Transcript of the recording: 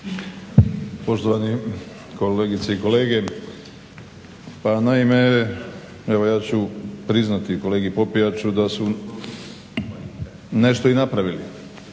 Poštovani kolegice i kolege pa naime evo ja ću priznati kolegi Popijaču da su nešto i napravili,